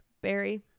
Barry